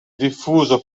diffuso